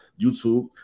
YouTube